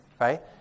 right